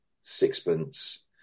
sixpence